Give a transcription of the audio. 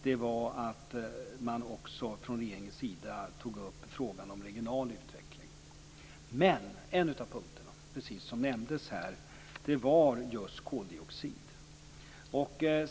Det var att regeringen också tog upp frågan om regional utveckling. En av punkterna handlade just om koldioxid, som nämndes här.